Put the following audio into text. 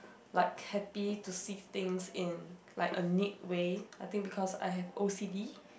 like happy to see things in like a neat way I think because I have O_C_D